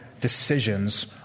decisions